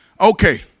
Okay